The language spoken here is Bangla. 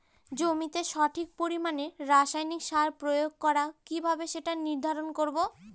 জমিতে সঠিক পরিমাণে রাসায়নিক সার প্রয়োগ করা কিভাবে সেটা নির্ধারণ করব?